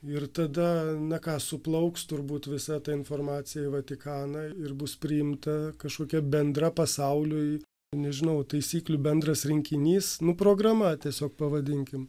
ir tada na ką suplauks turbūt visa ta informacija į vatikaną ir bus priimta kažkokia bendra pasauliui nežinau taisyklių bendras rinkinys nu programa tiesiog pavadinkim